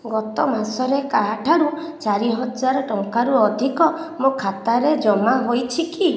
ଗତ ମାସରେ କାହାଠାରୁ ଚାରି ହଜାର ଟଙ୍କାରୁ ଅଧିକ ମୋ ଖାତାରେ ଜମା ହୋଇଛି କି